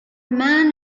man